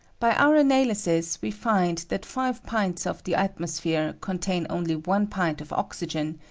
by our analysis, we find that five pints of the atmosphere contain only one pint of oxygen,